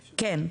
כן.